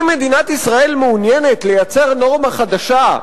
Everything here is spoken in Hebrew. אם מדינת ישראל מעוניינת לייצר נורמה חדשה,